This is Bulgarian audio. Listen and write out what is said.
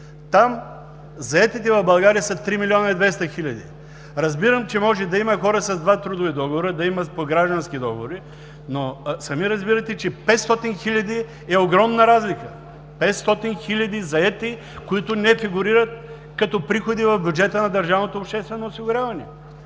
Там заетите в България са 3 милиона и 200 хиляди. Разбирам, че може да има хора с два трудови договора, да имат и граждански договори, но сами разбирате, че 500 хиляди е огромна разлика – 500 хиляди заети, които не фигурират като приходи в бюджета на държавното обществено осигуряване,